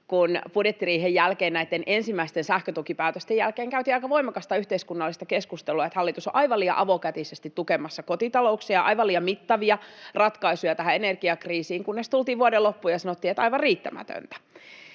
— näitten ensimmäisten sähkötukipäätösten jälkeen — käytiin aika voimakasta yhteiskunnallista keskustelua, että hallitus on aivan liian avokätisesti tukemassa kotitalouksia, aivan liian mittavia ratkaisuja tähän energiakriisiin, kunnes tultiin vuoden loppuun ja sanottiin, että aivan riittämätöntä.